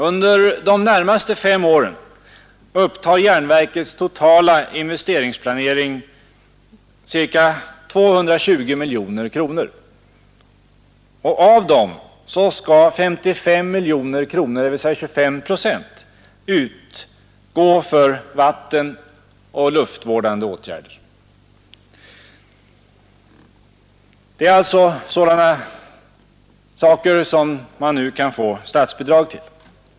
Under de närmaste fem åren upptar järnverkets totala investeringsplanering cirka 220 miljoner kronor, varav 55 miljoner kronor, dvs. 25 procent, skall utgå för vattenoch luftvårdande åtgärder, alltså sådana insatser till vilka det nu utgår statsbidrag.